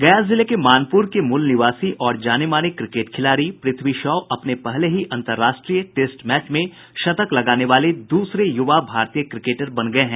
गया जिले के मानपूर के मूल निवासी और जाने माने क्रिकेट खिलाड़ी पृथ्वी शॉ अपने पहले ही अंतर्राष्ट्रीय टेस्ट मैच में शतक लगाने वाले दूसरे यूवा भारतीय क्रिकेटर बन गये हैं